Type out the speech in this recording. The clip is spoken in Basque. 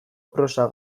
prosa